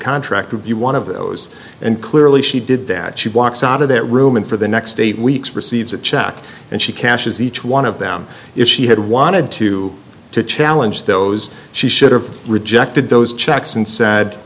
contract would be one of those and clearly she did that she walks out of that room and for the next eight weeks receives a check and she cashes each one of them if she had wanted to to challenge those she should've rejected those checks and sa